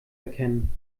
erkennen